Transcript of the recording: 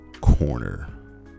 corner